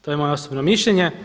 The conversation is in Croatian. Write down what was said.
To je moje osobno mišljenje.